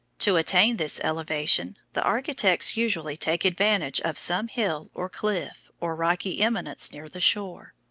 to attain this elevation, the architects usually take advantage of some hill or cliff, or rocky eminence near the shore.